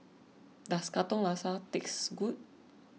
does Katong Laksa taste good